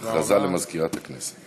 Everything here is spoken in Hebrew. הודעה למזכירת הכנסת.